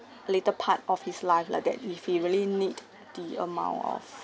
later part of his life lah that if he really need the amount of